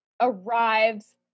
arrives